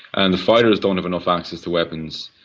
and the fighters don't have enough access to weapons.